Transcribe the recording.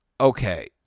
Okay